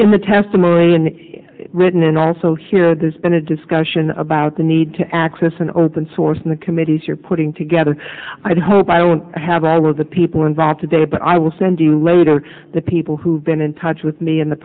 in the testimony in written and also here there's been a discussion about the need to access an open source in the committees you're putting together i hope i don't have i want the people involved today but i will send you a load of the people who've been in touch with me in the